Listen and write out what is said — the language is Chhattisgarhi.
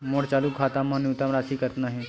मोर चालू खाता मा न्यूनतम राशि कतना हे?